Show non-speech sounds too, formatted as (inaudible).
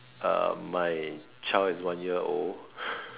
uh my child is one year old (laughs)